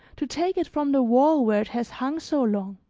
to take it from the wall where it has hung so long?